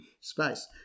space